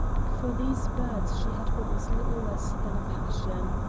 for these birds she had what was little less than a passion.